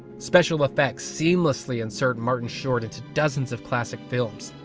special effects seamlessly insert martin short into dozen of classic films.